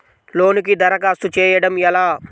లోనుకి దరఖాస్తు చేయడము ఎలా?